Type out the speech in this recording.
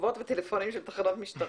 כתובות וטלפונים של תחנות משטרה,